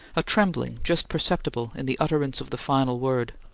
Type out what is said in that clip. a trembling just perceptible in the utterance of the final word.